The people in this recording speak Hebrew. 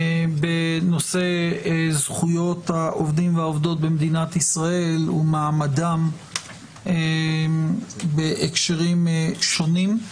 בנושא זכויות העובדים והעובדות במדינת ישראל ומעמדם בהקשרים שונים.